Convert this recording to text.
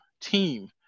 team